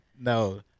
No